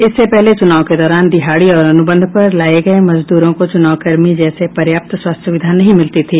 इससे पहले चुनाव के दौरान दिहाड़ी और अनुबंध पर लाये गये मजदूरों को चुनावकर्मी जैसी पर्याप्त स्वास्थ्य सुविधा नहीं मिलती थी